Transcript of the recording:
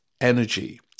energy